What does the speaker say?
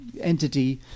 entity